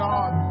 God